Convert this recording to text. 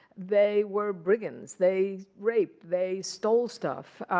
they were brigands. they raped. they stole stuff,